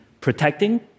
protecting